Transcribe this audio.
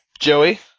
Joey